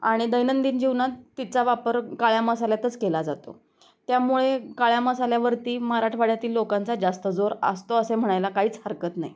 आणि दैनंदिन जीवनात तिचा वापर काळा मसाल्यातच केला जातो त्यामुळे काळ्या मसाल्यावरती मराठवाड्यातील लोकांचा जास्त जोर असतो असे म्हणायला काहीच हरकत नाही